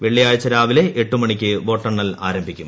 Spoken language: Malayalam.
വെള്ളിയാഴ്ച രാവിലെ എട്ടു മണിക്ക് വോട്ടെണ്ണൽ ആരംഭിക്കും